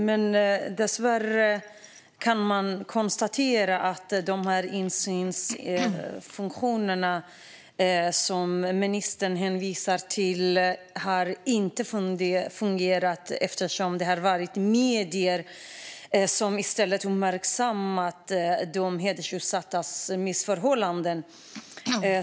Men dessvärre kan jag konstatera att dessa insynsfunktioner som ministern hänvisar till inte har fungerat eftersom det i stället har varit medier som har uppmärksammat de hedersutsattas missförhållanden.